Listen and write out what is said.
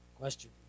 question